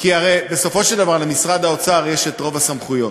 בסופו של דבר למשרד האוצר יש רוב הסמכויות.